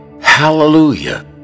Hallelujah